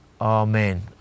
Amen